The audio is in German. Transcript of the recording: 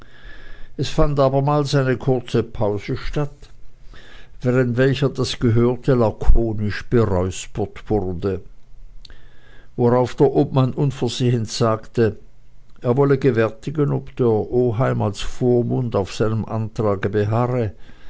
es fand aber mals eine kurze pause statt während welcher das gehörte lakonisch beräuspert wurde worauf der obmann unversehens sagte er wolle gewärtigen ob der oheim als vormund auf seinem antrage beharre